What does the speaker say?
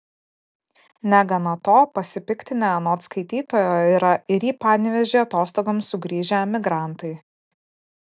negana to pasipiktinę anot skaitytojo yra ir į panevėžį atostogoms sugrįžę emigrantai